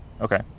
Okay